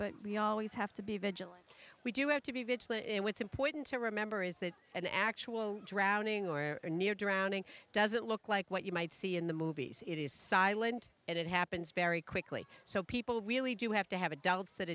we always have to be vigilant we do have to be vigilant and what's important to remember is that an actual drowning or near drowning doesn't look like what you might see in the movies it is silent and it happens very quickly so people really do have to have adults that